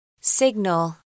Signal